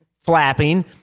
flapping